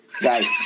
guys